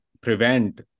prevent